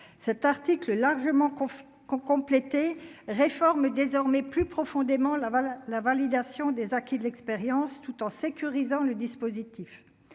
cet article largement con con complété réforme désormais plus profondément la la validation des acquis de l'expérience tout en sécurisant le dispositif